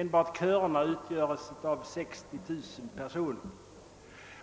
Enbart körerna räknar 60 000 medlemmar.